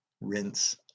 rinse